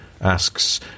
asks